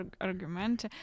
argument